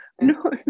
No